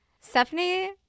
Stephanie